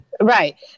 right